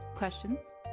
questions